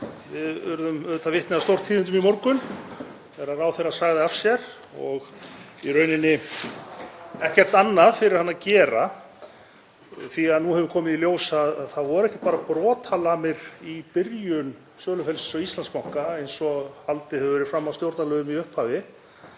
Við urðum vitni að stórtíðindum í morgun þegar ráðherra sagði af sér og í rauninni ekkert annað fyrir hann að gera því að nú hefur komið í ljós að það voru ekki bara brotalamir í byrjun söluferlisins á Íslandsbanka, eins og haldið hefur verið fram af stjórnarliðum í upphafi,